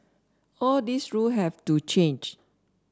all these rule have to change